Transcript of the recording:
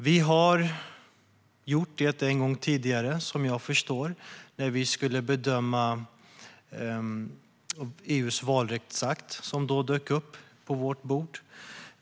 Vi har gjort det en gång tidigare, som jag förstår det, när vi skulle bedöma EU:s valrättsakt som då dök upp på vårt bord.